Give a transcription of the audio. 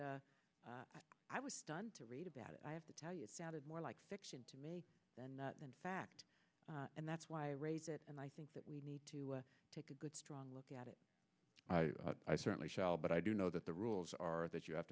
but i was stunned to read about it i have to tell you it sounded more like fiction to me than in fact and that's why i raised it and i think that we need to take a good strong look at it i certainly shall but i do know that the rules are that you have